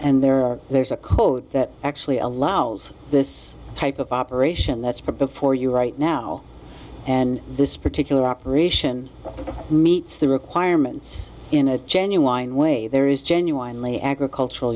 and there are there's a code that actually allows this type of operation that's put before you right now and this particular operation meets the requirements in a genuine way there is genuinely agricultural